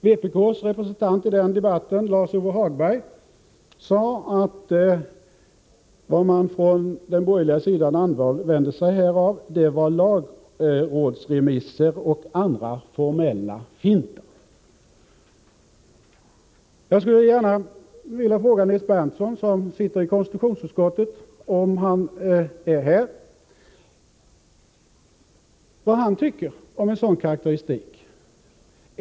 Vpk:s representant i den debatten, Lars-Ove Hagberg, sade att det man från den borgerliga sidan använde sig av var lagrådsremisser och andra formella hinder. Om Nils Berndtson, som är medlem av konstitutionsutskottet, är här, skulle jag gärna vilja fråga vad han tycker om en sådan karakteristik.